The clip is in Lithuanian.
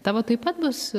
tavo taip pat bus